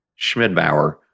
Schmidbauer